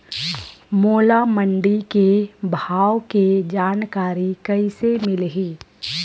मोला मंडी के भाव के जानकारी कइसे मिलही?